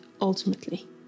ultimately